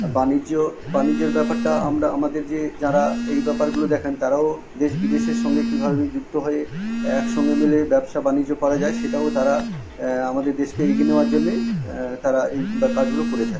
আর বাণিজ্য বাণিজ্যের ব্যাপারটা আমরা আমাদের যে যারা এই ব্যাপারগুলো দেখেন তারাও দেশ বিদেশের সঙ্গে কীভাবে যুক্ত হয়ে একসঙ্গে মিলে ব্যবসা বাণিজ্য করা যায় সেটাও তারা আমাদের দেশকে এগিয়ে নেওয়ার জন্যে তারা এই ব্য কাজগুলো করে থাকে